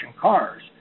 cars